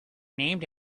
named